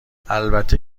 البته